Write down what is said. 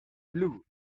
blue